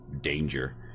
danger